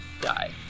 die